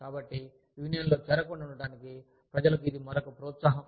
కాబట్టి యూనియన్లో చేరకుండా ఉండడానికి ప్రజలకు ఇది మరొక ప్రోత్సాహం